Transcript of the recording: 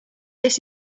this